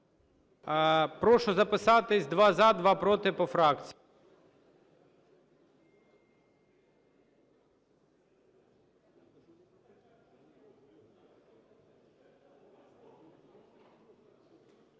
Прошу записатись: два – за, два – проти по фракціях.